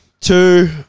two